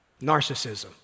Narcissism